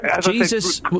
Jesus